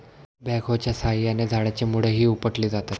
बॅकहोच्या साहाय्याने झाडाची मुळंही उपटली जातात